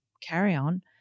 carry-on